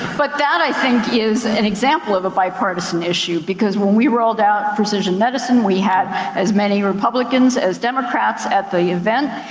but that i think, is an example of a bipartisan issue, because when we rolled out precision medicine, we had as many republicans as democrats at the event.